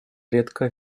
редко